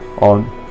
on